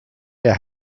der